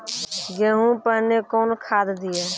गेहूँ पहने कौन खाद दिए?